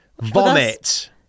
Vomit